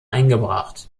eingebracht